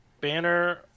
banner